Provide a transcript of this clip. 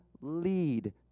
lead